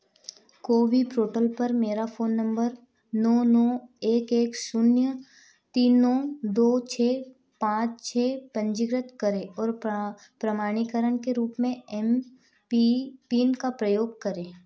कोवी portal पर मेरा phone number नौ नौ एक एक शून्य तीन नो दो छः पाँच छः पंजीकृत करें और प्रमाणीकरण के रूप में एम पि पिन का उपयोग करें